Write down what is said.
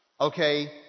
Okay